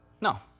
No